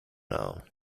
now